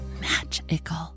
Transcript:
magical